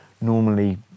Normally